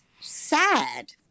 sad